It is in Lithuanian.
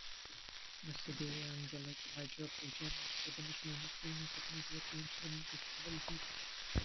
nusidėję angelai klaidžioja po žemę ieškodami žmonių kūnų kad neduotų jiems ramybės ir valdytų